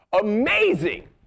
Amazing